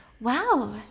Wow